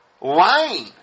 lying